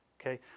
okay